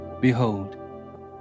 Behold